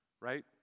right